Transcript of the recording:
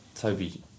Toby